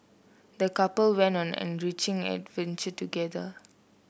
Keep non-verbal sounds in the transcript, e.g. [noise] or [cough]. the couple went on an enriching [unintelligible] together